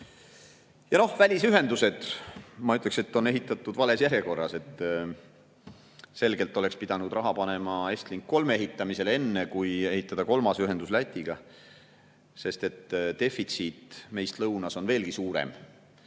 on. Välisühendused, ma ütleksin, on ehitatud vales järjekorras. Selgelt oleks pidanud raha panema Estlink 3 ehitamisse, enne kui ehitada kolmas ühendus Lätiga. Defitsiit meist lõunas on veelgi suurem.